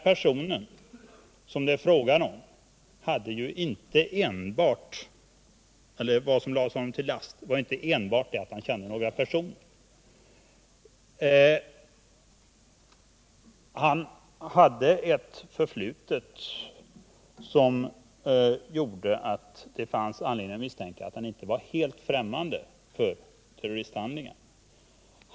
Vad som lades den här personen till last var ju inte enbart att han kände några personer. Han hade ett förflutet som gjorde att det fanns anledning misstänka att han inte var helt främmande för terroristhandlingar.